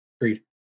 Agreed